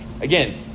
again